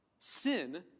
Sin